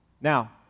Now